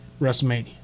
WrestleMania